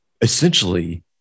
Essentially